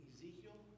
Ezekiel